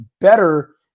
better